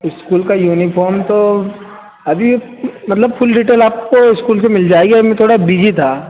school का uniform तो अभी मतलब फूल डीटेल आपको स्कूल से मिल जाएगी अभी में थोड़ा बीजी था